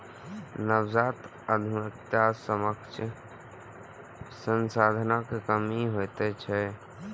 नवजात उद्यमीक समक्ष संसाधनक कमी होइत छैक